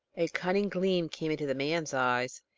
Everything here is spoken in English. a cunning gleam came into the man's eyes.